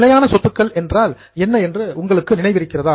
நிலையான சொத்துக்கள் என்றால் என்ன என்று உங்களுக்கு நினைவிருக்கிறதா